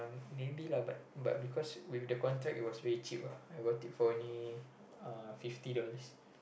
um maybe lah but but because with the contract it was very cheap ah I got it for only uh fifty dollars